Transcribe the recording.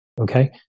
okay